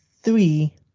three